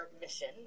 mission